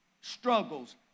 struggles